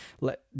let